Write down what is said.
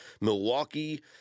Milwaukee